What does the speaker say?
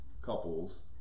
couples